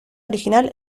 original